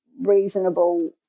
reasonable